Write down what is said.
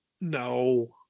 No